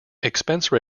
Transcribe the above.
expense